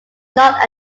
not